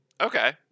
Okay